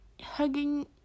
hugging